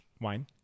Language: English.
Wine